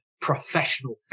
professional